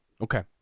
Okay